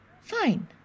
Fine